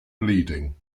bleeding